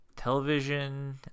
television